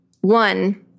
One